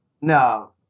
No